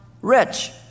rich